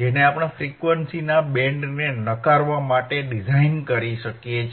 જેને આપણે ફ્રીક્વન્સીના બેન્ડને નકારવા માટે ડિઝાઇન કરી શકીએ છીએ